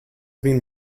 been